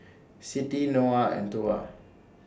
Siti Noah and Tuah